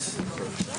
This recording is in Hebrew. בשעה 13:19.